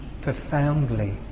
profoundly